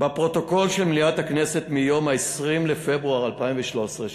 בפרוטוקול של מליאת הכנסת מיום 18 בפברואר 2013,